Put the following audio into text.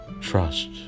Trust